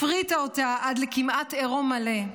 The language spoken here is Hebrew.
הפריטה אותה עד לכמעט עירום מלא,